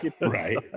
Right